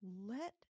Let